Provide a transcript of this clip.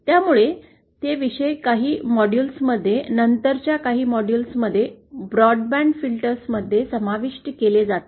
त्यामुळे ते विषय काही मॉडेल्समध्ये नंतरच्या काही मॉडेल्स ब्रॉडबँड फिल्टरमध्ये समाविष्ट केले जातील